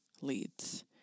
leads